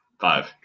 Five